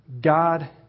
God